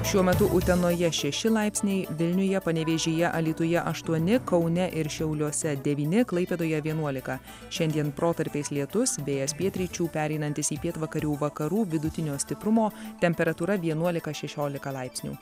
šiuo metu utenoje šeši laipsniai vilniuje panevėžyje alytuje aštuoni kaune ir šiauliuose devyni klaipėdoje vienuolika šiandien protarpiais lietus vėjas pietryčių pereinantis į pietvakarių vakarų vidutinio stiprumo temperatūra vienuolika šešiolika laipsnių